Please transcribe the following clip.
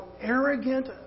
arrogant